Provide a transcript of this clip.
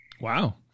Wow